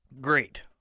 Great